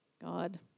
God